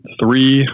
three